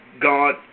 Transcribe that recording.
God